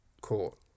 court